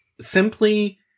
simply